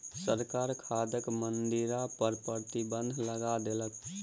सरकार दाखक मदिरा पर प्रतिबन्ध लगा देलक